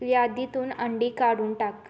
यादीतून अंडी काढून टाक